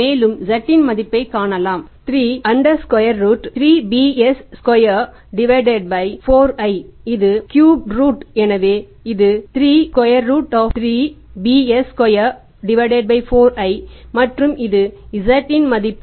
மேலும் z இன் மதிப்பைக் காணலாம் மற்றும் இது z இன் மதிப்பு